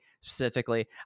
specifically